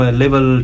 level